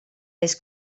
les